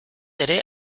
ere